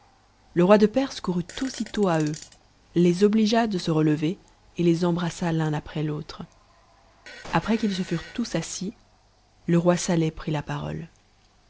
le roi de perse courut aussitôt à eux tes obligea de relever et les embrassa l'un après l'autre après qu'ils se furent tous a j t oi saleh prit la parole